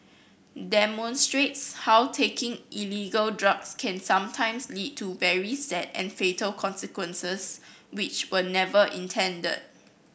demonstrates how taking illegal drugs can sometimes lead to very sad and fatal consequences which were never intended